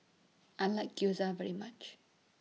I like Gyoza very much